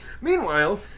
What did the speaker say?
Meanwhile